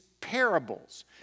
parables